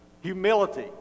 humility